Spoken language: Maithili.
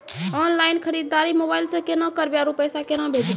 ऑनलाइन खरीददारी मोबाइल से केना करबै, आरु पैसा केना भेजबै?